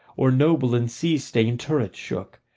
or noble in sea-stained turret shook,